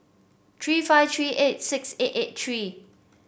three five three eight six eight eight three